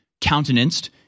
countenanced